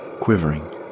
quivering